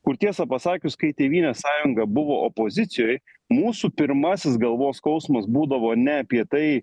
kur tiesą pasakius kai tėvynės sąjunga buvo opozicijoj mūsų pirmasis galvos skausmas būdavo ne apie tai